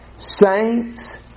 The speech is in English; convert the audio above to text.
Saints